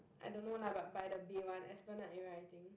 I don't know lah but by the bay one Esplanade area I think